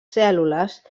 cèl·lules